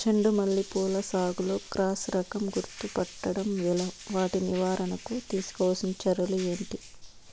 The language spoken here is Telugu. చెండు మల్లి పూల సాగులో క్రాస్ రకం గుర్తుపట్టడం ఎలా? వాటి నివారణకు తీసుకోవాల్సిన చర్యలు ఏంటి?